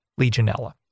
Legionella